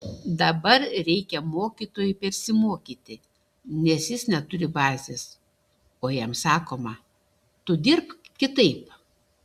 dabar reikia mokytojui persimokyti nes jis neturi bazės o jam sakoma tu dirbk kitaip